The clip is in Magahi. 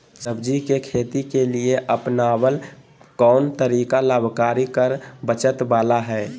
सब्जी के खेती के लिए अपनाबल कोन तरीका लाभकारी कर बचत बाला है?